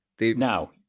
Now